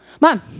Mom